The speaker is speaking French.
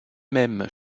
mêmes